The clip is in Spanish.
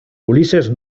ulises